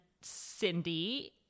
Cindy